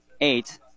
eight